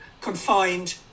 confined